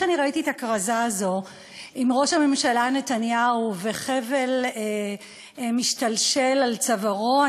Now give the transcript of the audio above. כשאני ראיתי את הכרזה הזאת עם ראש הממשלה נתניהו וחבל משתלשל על צווארו,